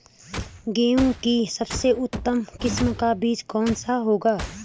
गेहूँ की सबसे उत्तम किस्म का बीज कौन सा होगा?